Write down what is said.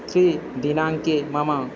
त्रि दिनाङ्के मम